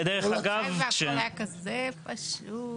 הלוואי והכול היה כזה פשוט.